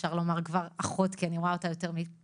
אפשר לומר כבר אחות כי אני רואה אותה יותר מאשר